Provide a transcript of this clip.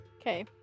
Okay